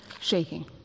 shaking